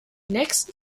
nächsten